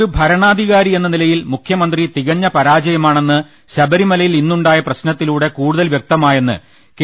ഒരു ഭരണാധികാരി എന്ന നിലയിൽ മുഖ്യമന്ത്രി തികഞ്ഞ പരാജയ മാണെന്ന് ശബരിമലയിൽ ഇന്നുണ്ടായ പ്രശ്നത്തിലൂടെ കൂടുതൽ വ്യക്ത മായെന്ന് കെ